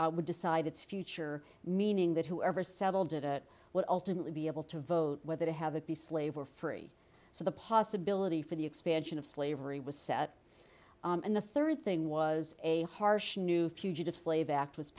sovereignty would decide its future meaning that whoever settled it would ultimately be able to vote whether to have it be slave or free so the possibility for the expansion of slavery was set and the third thing was a harsh new fugitive slave act was